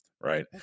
right